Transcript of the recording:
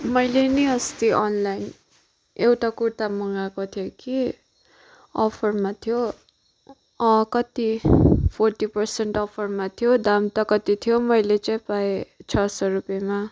मैले नि अस्ति अनलाइन एउटा कुर्ता मगाएको थिएँ कि अफरमा थियो अँ कति फोर्टि पर्सेन्ट अफरमा थियो दाम त कति थियो मैले चाहिँ पाएँ छ सौ रुपियाँमा